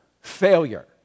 failure